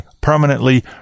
permanently